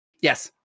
Yes